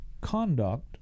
conduct